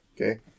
Okay